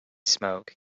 smoke